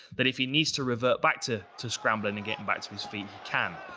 but if he needs to revert back to to scrambling and getting back to his feet, he can.